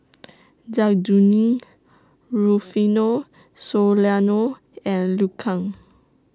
Zai Kuning Rufino Soliano and Liu Kang